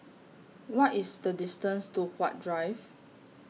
What IS The distance to Huat Drive